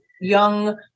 young